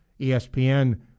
ESPN